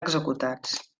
executats